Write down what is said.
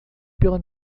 pela